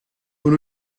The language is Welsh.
ond